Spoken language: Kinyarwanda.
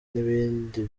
n’ibindi